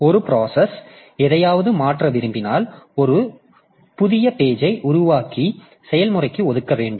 ஆனால் ஒரு ப்ராசஸ் எதையாவது மாற்ற விரும்பினால் ஒரு புதிய பேஜ் ஐ உருவாக்கி செயல்முறைக்கு ஒதுக்க வேண்டும்